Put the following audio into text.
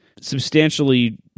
substantially